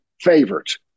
favorites